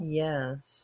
yes